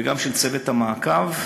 וגם של צוות המעקב.